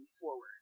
forward